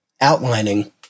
outlining